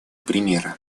примера